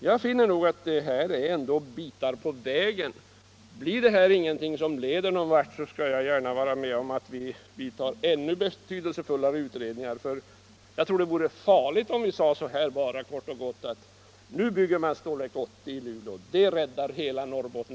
Jag tycker nog att det här ändå är bitar på vägen, men leder det ingen vart skall jag gärna vara med om att vi gör ännu betydelsefullare utredningar. Jag tror att det vore farligt att bara kort och gott säga: ”Nu bygger vi Stålverk 80 i Luleå. Det räddar hela Norrbotten.